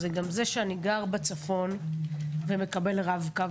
זה גם העובדה שאני גר בצפון ומקבל רב קו